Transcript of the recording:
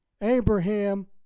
Abraham